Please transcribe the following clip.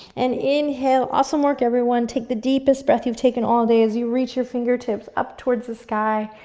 and inhale. awesome work, everyone. take the deepest breath you've taken all day as you reach your fingertips up towards the sky,